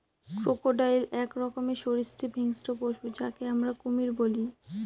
crocodile এক রকমের সরীসৃপ হিংস্র পশু যাকে আমরা কুমির বলি